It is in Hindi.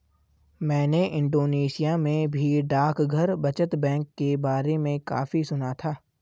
मैंने इंडोनेशिया में भी डाकघर बचत बैंक के बारे में काफी सुना था